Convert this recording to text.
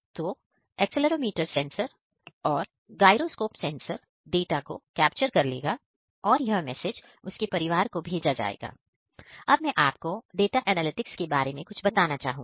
तो accelerometer sensor के बारे में कुछ बताना चाहूंगा